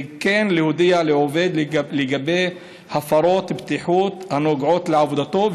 וכן להודיע לעובד לגבי הפרות בטיחות הנוגעות לעבודתו,